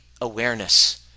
awareness